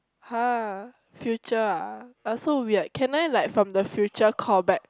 [huh] future ah like so weird can I like from the future call back